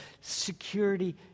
security